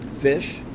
fish